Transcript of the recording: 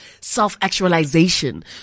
self-actualization